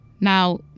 Now